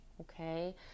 Okay